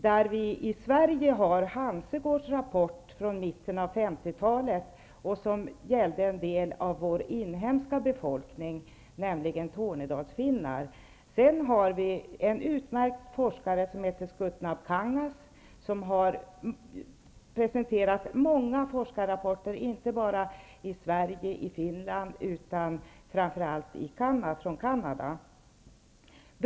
Beträffande Sverige har vi Hansegårds rapport från mitten av 50-talet som gällde en del av vår inhemska befolkning, nämligen Tornedalsfinnar. Vidare finns det en utmärkt forskare som heter Skutnab Kangas, som har presenterat många forskarrapporter inte bara från Sverige och Finland utan också , och framför allt, från Canada.